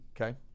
Okay